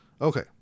Okay